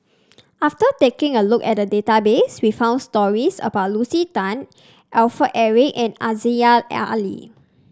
after taking a look at the database we found stories about Lucy Tan Alfred Eric and Aziza Ali